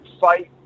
fight